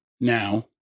Now